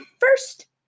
first